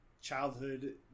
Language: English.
childhood